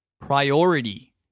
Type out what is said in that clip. Priority